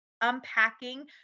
unpacking